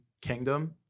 kingdom